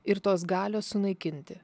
ir tos galios sunaikinti